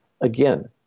again